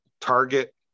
Target